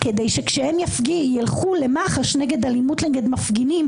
כדי שכאשר ילכו למח"ש על אלימות נגד מפגינים,